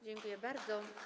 Dziękuję bardzo.